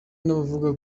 n’abavuga